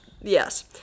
Yes